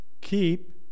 keep